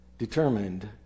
Determined